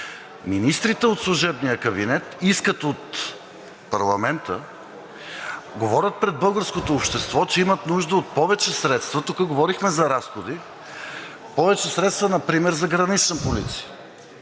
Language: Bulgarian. Министрите от служебния кабинет искат от парламента, говорят пред българското общество, че имат нужда от повече средства, тук говорихме за разходи, повече средства например за Гранична полиция,